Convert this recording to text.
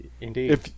Indeed